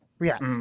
Yes